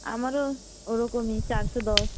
আমারও ওরকমই চারশো দশ